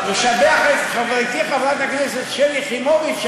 לשבח את חברתי חברת הכנסת שלי יחימוביץ,